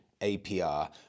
APR